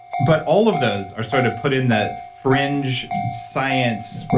but all of those are sort of put in the fringe science,